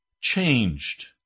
changed